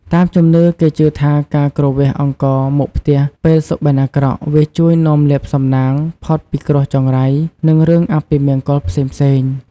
តាមជំនឿគេជឿថាការគ្រវាសអង្ករមុខផ្ទះពេលសុបិនអាក្រក់ វាជួយនាំលាភសំណាង ផុតពីគ្រោះចង្រៃ និងរឿងអពមង្គលផ្សេងៗ។